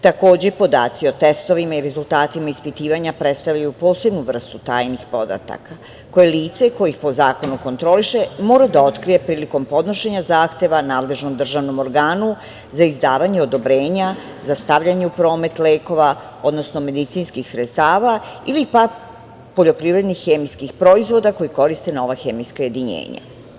Takođe, podaci o testovima i rezultatima ispitivanja predstavljaju posebnu vrstu tajnih podataka koje lice koje ih po zakonu kontroliše mora da otkrije prilikom podnošenja zahteva nadležnom državnom organu za izdavanje odobrenja za stavljanje u promet lekova, odnosno medicinskih sredstava ili pak poljoprivrednih i hemijskih proizvoda koji koriste nova hemijska jedinjenja.